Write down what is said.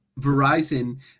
Verizon